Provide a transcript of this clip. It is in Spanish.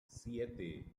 siete